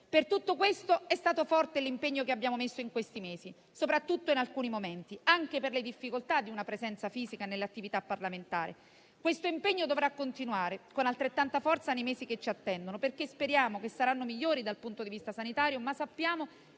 Per tutto questo, forte è stato l'impegno che abbiamo messo in campo nei mesi passati e soprattutto in alcuni momenti, anche per le difficoltà di una presenza fisica nell'attività parlamentare. Questo impegno dovrà continuare con altrettanta forza nei mesi che ci attendono, che speriamo saranno migliori dal punto di vista sanitario, ma che